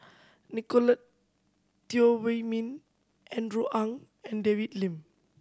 Nicolette Teo Wei Min Andrew Ang and David Lim